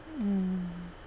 mm